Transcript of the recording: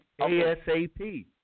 ASAP